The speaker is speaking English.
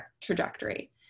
trajectory